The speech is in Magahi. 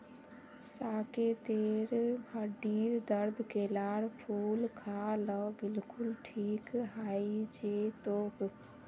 साकेतेर हड्डीर दर्द केलार फूल खा ल बिलकुल ठीक हइ जै तोक